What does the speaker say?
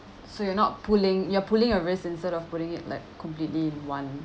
so you're not pulling you're pulling a risk instead of putting it like completely one